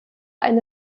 eine